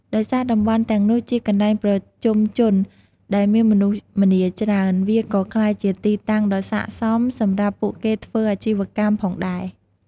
ដោយសារតំបន់ទាំងនោះជាកន្លែងប្រជុំជនដែលមានមនុស្សម្នាច្រើន វាក៏ក្លាយជាទីតាំងដ៏ស័ក្តិសមសម្រាប់ពួកគេធ្វើអាជីវកម្មផងដែរ។